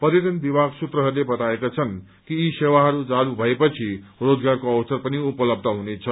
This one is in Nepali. पर्यटन विभाग सूत्रहरूले बताएका छन् यी सेवाहरू चालू भएमा रोजगारको अवसर पनि उपलब्ध हुनेछ